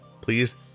please